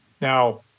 Now